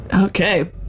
Okay